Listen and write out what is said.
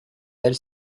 elle